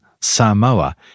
Samoa